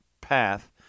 path